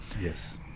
Yes